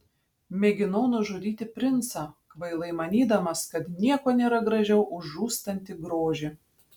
mėginau nužudyti princą kvailai manydamas kad nieko nėra gražiau už žūstantį grožį